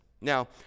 Now